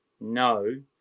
No